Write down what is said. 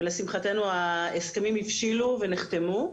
ולשמחתנו ההסכמים הבשילו ונחתמו.